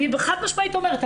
אני חד משמעית אומרת.